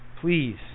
Please